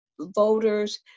voters